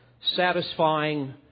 satisfying